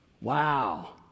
Wow